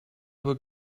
were